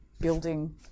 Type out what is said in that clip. building